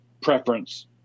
preference